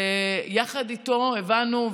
ויחד איתו הבנו,